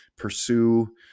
pursue